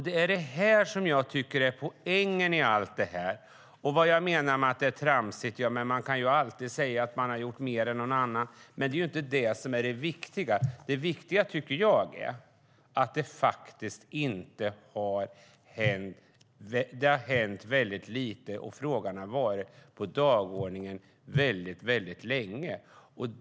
Det är det här som jag tycker är poängen. Vad jag menar är tramsigt är att man alltid kan säga att man har gjort mer än någon annan. Men det är inte det som är det viktiga. Det viktiga att notera tycker jag är att det faktiskt hänt väldigt lite, även om frågan har varit på dagordningen väldigt länge.